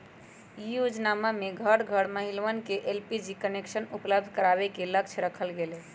ई योजनमा में घर घर के महिलवन के एलपीजी कनेक्शन उपलब्ध करावे के लक्ष्य रखल गैले